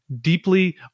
deeply